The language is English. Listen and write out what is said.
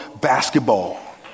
basketball